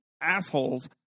assholes